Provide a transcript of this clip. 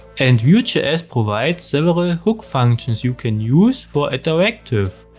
and vue js provides several hook functions you can use for a directive.